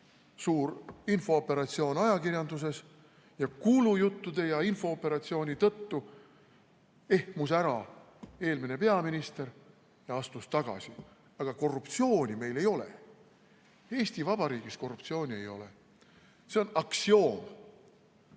suur infooperatsioon ajakirjanduses ja kuulujuttude ja infooperatsiooni tõttu ehmus ära eelmine peaminister ja astus tagasi. Aga korruptsiooni meil ei ole. Eesti Vabariigis korruptsiooni ei ole. See on